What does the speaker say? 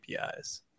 APIs